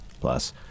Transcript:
Plus